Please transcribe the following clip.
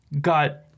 got